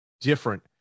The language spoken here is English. different